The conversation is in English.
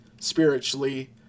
spiritually